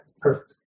perfect